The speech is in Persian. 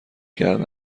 کرده